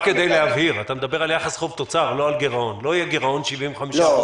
לא יהיה גירעון של 75% תוצר.